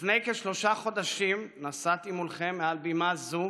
לפני כשלושה חודשים נשאתי מולכם מעל בימה זו